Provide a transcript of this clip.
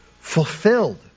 fulfilled